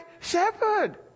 shepherd